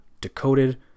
decoded